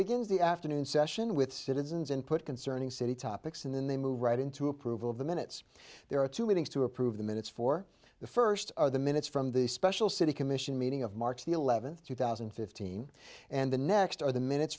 begins the afternoon session with citizens input concerning city topics and then they move right into approval of the minutes there are two meetings to approve the minutes for the first or the minutes from the special city commission meeting of march the eleventh two thousand and fifteen and the next are the minutes